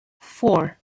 four